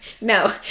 no